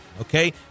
okay